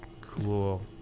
Cool